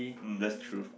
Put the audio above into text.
mm that's true